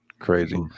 crazy